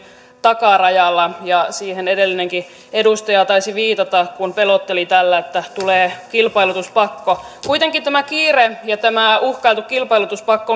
takarajalla ja siihen edellinenkin edustaja taisi viitata kun pelotteli tällä että tulee kilpailutuspakko kuitenkin tämä kiire ja tämä uhkailtu kilpailutuspakko